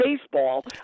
baseball